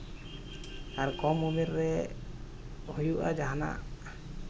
ᱟᱨ ᱠᱚᱢ ᱩᱢᱮᱨ ᱨᱮ ᱦᱩᱭᱩᱜᱼᱟ ᱡᱟᱦᱟᱱᱟᱜ